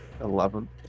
Eleven